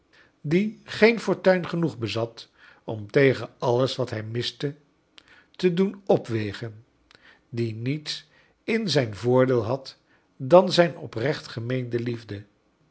die geen i fortuin genoeg bezat om tegen alles wat hij niiste te doen opwegen die niets in zijn voordeel had dan zijn oprecht gemeende liefde